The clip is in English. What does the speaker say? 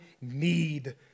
need